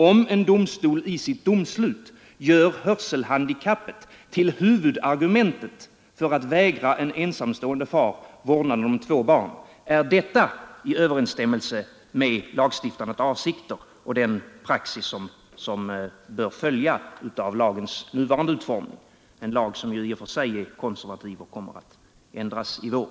Om en domstol i sitt domslut gör hörselhandikappet till huvudargument för att vägra en ensamstående far vårdnaden om två barn frågas: Är detta i överensstämmelse med lagstiftarnas avsikter och den praxis som bör följa av lagens nuvarande utformning, en lag som ju är konservativ och kommer att ändras i vår?